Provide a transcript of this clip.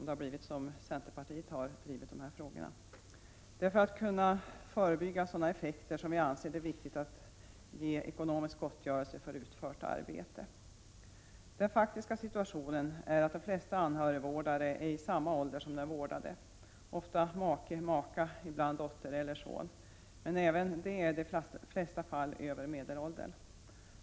Det är för att förebygga sådana effekter som vi anser det viktigt att ge ekonomisk gottgörelse för utfört arbete. Den faktiska situationen är den att de flesta anhörigvårdare är i samma ålder som den vårdade. Det är ofta make eller maka och ibland dotter eller son — men även de senare är i de flesta fall över medelåldern.